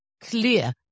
clear